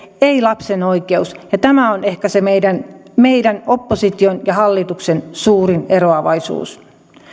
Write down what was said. ei lapsen oikeus ja tämä on ehkä se meidän opposition ja hallituksen suurin eroavaisuus